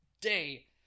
Day